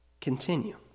continue